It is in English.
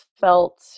felt